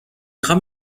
خوام